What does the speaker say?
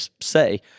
say